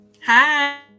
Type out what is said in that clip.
Hi